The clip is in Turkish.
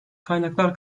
kaynaklar